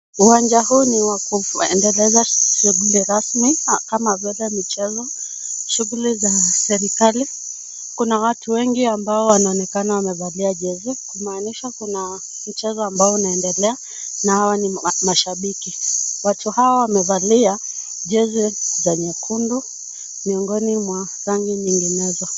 Uwanja huu ni wa kuendeleza shughuli rasmi kama vile michezo, shughuli za serikali. Kuna watu wengi ambao wanaonekana wamevalia jezi, kumaanisha kuna mchezo ambao unaendelea na hawa ni mashabiki. Watu hawa wamevalia jezi za nyekundu miongoni mwa rangi nyinginezo.